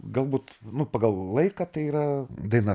galbūt nu pagal laiką tai yra daina